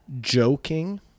joking